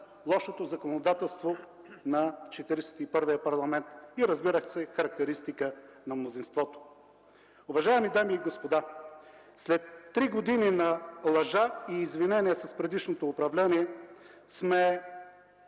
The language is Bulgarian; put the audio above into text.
лошото законодателство на Четиридесет и първия парламент и, разбира се, характеристика на мнозинството. Уважаеми дами и господа, след три години на лъжа и извинение с предишното управление сме